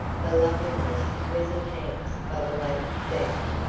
the loveliness was enhanced by the latent doubt.